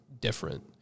different